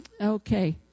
Okay